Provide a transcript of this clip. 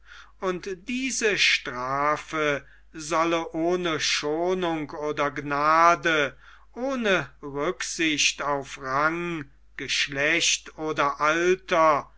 und diese strafe solle ohne schonung oder gnade ohne rücksicht auf rang geschlecht oder alter